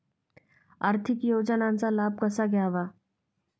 आर्थिक योजनांचा लाभ कसा घ्यावा?